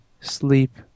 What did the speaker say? sleep